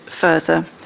further